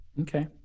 Okay